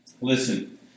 Listen